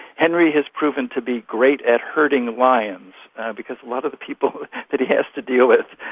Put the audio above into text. henry has proven to be great at herding lions because a lot of the people that he has to deal with,